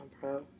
bro